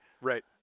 right